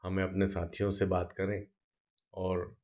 हमें अपने साथियों से बात करने और